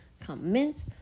comment